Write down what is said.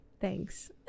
Thanks